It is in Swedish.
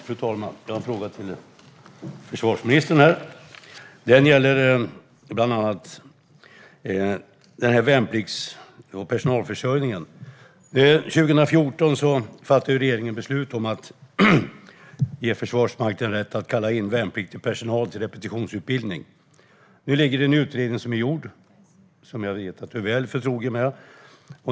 Fru talman! Jag har en fråga till försvarsministern. Min fråga gäller bland annat värnplikts och personalförsörjningen. År 2014 fattade regeringen beslut om att ge Försvarsmakten rätt att kalla in värnpliktig personal till repetitionsutbildning. Nu ligger det en färdig utredning som jag vet att försvarsministern är väl förtrogen med.